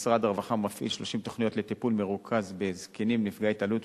משרד הרווחה מפעיל 30 תוכניות לטיפול מרוכז בזקנים נפגעי התעללות,